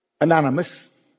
anonymous